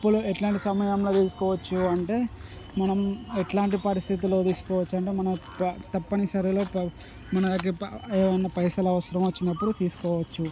అప్పులు ఎలాంటి సమయంలో తీసుకోవచ్చు అంటే మనం ఎలాంటి పరిస్థితులలో తీసుకోవచ్చు అంటే మన త తప్పనిసరిలో ప మనకి ఏవైనా పైసలు అవసరం వచ్చినప్పుడు తీసుకోవచ్చు